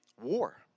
war